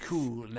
Cool